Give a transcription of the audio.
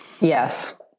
Yes